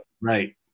right